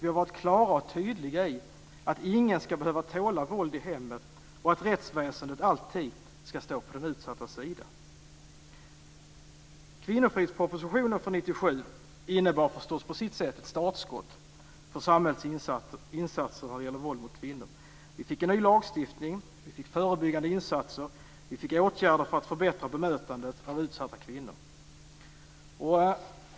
Vi har varit klara och tydliga i att ingen ska behöva tåla våld i hemmet och att rättsväsendet alltid ska stå på den utsattas sida. Kvinnofridspropositionen från 1997 innebar förstås på sitt sätt ett startskott för samhällets insatser när det gäller våld mot kvinnor. Vi fick en ny lagstiftning, vi fick förebyggande insatser och vi fick åtgärder för att förbättra bemötandet av utsatta kvinnor.